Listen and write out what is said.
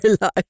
life